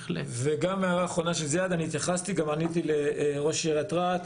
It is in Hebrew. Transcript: לגבי ההערה האחרונה של זיאד וראש עיריית רהט,